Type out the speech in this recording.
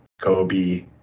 Kobe